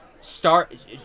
start